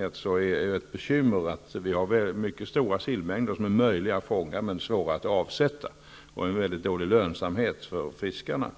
Men det är ett bekymmer att det finns stora sillmängder som är möjliga att fånga men svåra att avsätta, och det är en mycket dålig lönsamhet för fiskarna.